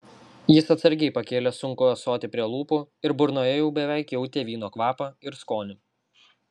jis atsargiai pakėlė sunkų ąsotį prie lūpų ir burnoje jau beveik jautė vyno kvapą ir skonį